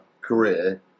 career